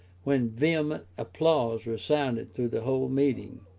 when vehement applause resounded through the whole meeting.